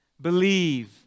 believe